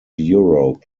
europe